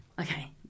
Okay